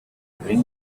bring